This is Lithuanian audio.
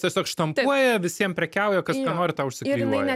tiesiog štampuoja visiem prekiauja kas ką nori tą užsiklijuoja